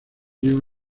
llegó